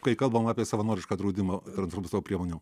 kai kalbam apie savanorišką draudimą transprorto priemonių